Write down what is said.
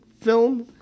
film